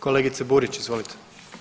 Kolegice Burić, izvolite.